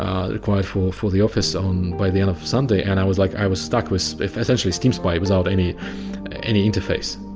required for for the office, so by the end of sunday and i was like, i was stuck with with essentially steam spy. without any any interface.